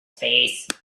face